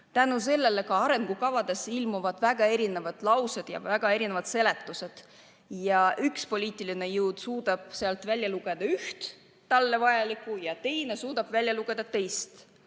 küsimusele, on arengukavadesse ilmunud väga erinevad laused ja väga erinevad seletused. Üks poliitiline jõud suudab sealt välja lugeda talle vajalikku ja teine suudab sealt välja lugeda talle